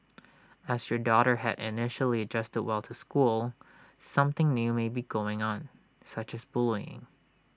as your daughter had initially adjusted well to school something new may be going on such as bullying